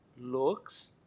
looks